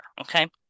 okay